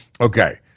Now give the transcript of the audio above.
Okay